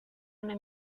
una